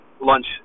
lunch